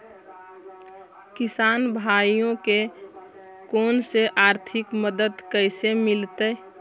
किसान भाइयोके कोन से आर्थिक मदत कैसे मीलतय?